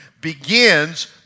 begins